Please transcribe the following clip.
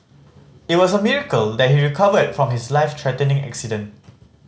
it was a miracle that he recovered from his life threatening accident